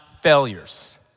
failures